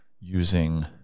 using